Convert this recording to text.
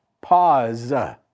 pause